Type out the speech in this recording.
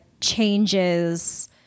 changes